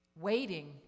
Waiting